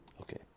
Okay